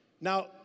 Now